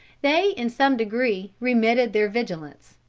they in some degree remitted their vigilance.